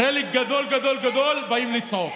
חלק גדול גדול גדול באים לצעוק,